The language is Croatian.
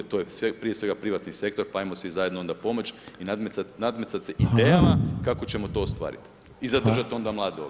To je prije svega privatni sektor, pa ajmo svi zajedno onda pomoći, i nadmetati se s idejama, kako ćemo to ostvariti i zadržati onda mlade da odu.